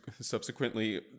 subsequently